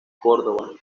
córdoba